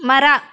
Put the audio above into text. ಮರ